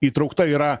įtraukta yra